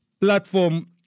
platform